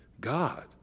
God